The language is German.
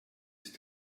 ist